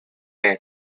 air